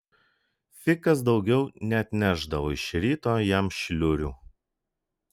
fikas daugiau neatnešdavo iš ryto jam šliurių